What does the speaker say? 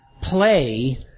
play